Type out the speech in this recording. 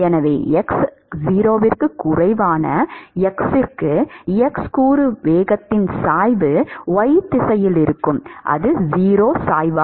எனவே x 0 க்கும் குறைவான x க்கு x கூறு வேகத்தின் சாய்வு y திசையில் இருக்கும் அது 0 சாய்வு